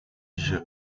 gelo